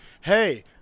hey